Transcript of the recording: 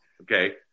Okay